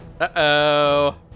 Uh-oh